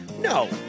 No